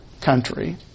country